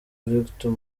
victor